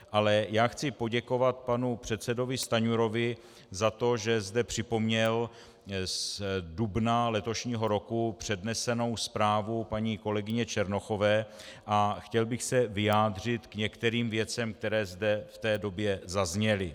Ale já chci poděkovat panu předsedovi Stanjurovi za to, že zde připomněl z dubna letošního roku přednesenou zprávu paní kolegyně Černochové, a chtěl bych se vyjádřit k některým vědem, které zde v té době zazněly.